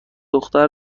دختر